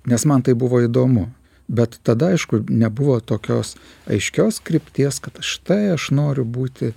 nes man tai buvo įdomu bet tada aišku nebuvo tokios aiškios krypties štai aš noriu būti